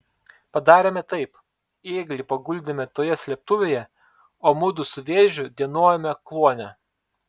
padarėme taip ėglį paguldėme toje slėptuvėje o mudu su vėžiu dienojome kluone